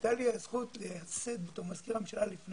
הייתה לי הזכות לייצג כמזכיר הממשלה לפני